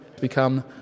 become